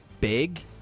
big